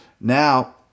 Now